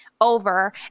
over